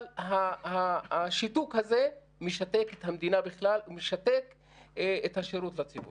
אבל השיתוק הזה משתק את המדינה בכלל ומשתק את השירות לציבור.